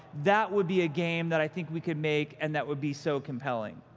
that would be a game that i think we could make and that would be so compelling.